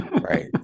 Right